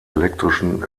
elektrischen